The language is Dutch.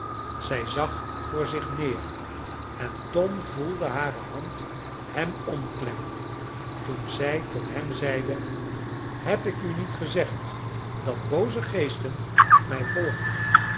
zij zag voor zich neer en tom voelde hare hand hem omklemmen toen zij tot hem zeide heb ik u niet gezegd dat booze geesten mij volgden